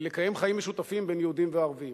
לקיים חיים משותפים בין יהודים וערבים.